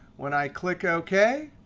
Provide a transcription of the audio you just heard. when i click ok,